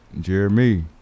Jeremy